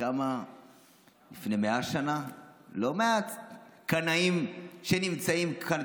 שקמה לפני 100 שנה לא על ידי הקנאים שנמצאים כאן,